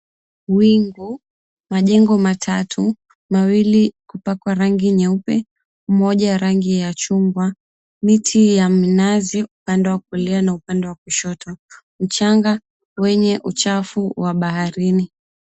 Wingu, majengo matatu, mawili kupakwa rangi nyeupe moja rangi ya chungwa, miti ya minazi upande wa kulia na upande wa kushoto. Mchanga wenye uchafu wa baharini